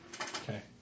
Okay